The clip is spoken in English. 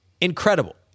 incredible